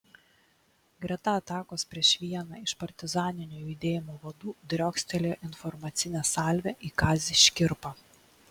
greta atakos prieš vieną iš partizaninio judėjimo vadų driokstelėjo informacinė salvė į kazį škirpą